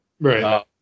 Right